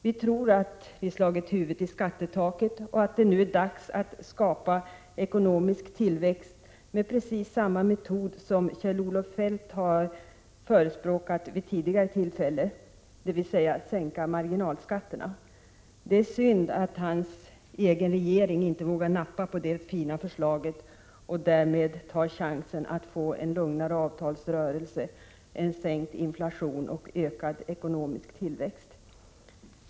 Vi tror att vi slagit huvudet i skattetaket och att det nu är dags att skapa ekonomisk tillväxt med precis samma metod som Kjell-Olof Feldt har förespråkat vid tidigare tillfällen, dvs. att sänka marginalskatterna. Det är synd att hans egen regering inte vågar nappa på det fina förslaget och därmed ta chansen att få en lugnare avtalsrörelse, en sänkt inflation och ökad ekonomisk tillväxt.